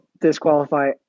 disqualify